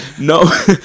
no